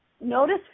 notice